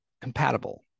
compatible